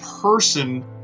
person